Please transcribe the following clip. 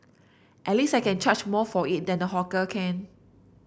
at least I can charge more for it than the hawker can